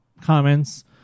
comments